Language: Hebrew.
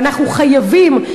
ואנחנו חייבים,